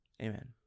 Amen